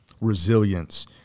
resilience